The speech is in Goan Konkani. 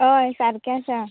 होय सारकें आसा